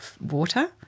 water